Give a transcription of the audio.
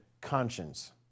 conscience